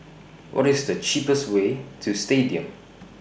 What IS The cheapest Way to Stadium